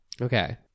Okay